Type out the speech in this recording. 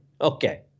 Okay